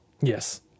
Yes